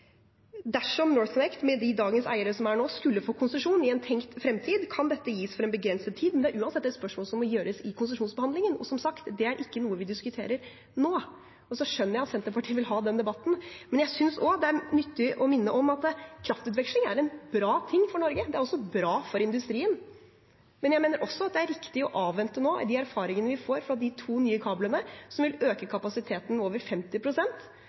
Dersom NorthConnect med dagens eiere skulle få konsesjon i en tenkt fremtid, kan dette gis for en begrenset tid, men det er uansett et spørsmål som må gjøres i konsesjonsbehandlingen, og som sagt er det ikke noe vi diskuterer nå. Jeg skjønner at Senterpartiet vil ha den debatten, men jeg synes også det er nyttig å minne om at kraftutveksling er en bra ting for Norge, og det er også bra for industrien. Jeg mener også det er riktig å avvente nå de erfaringene vi får fra de to nye kablene, som vil øke kapasiteten med over